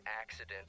Accident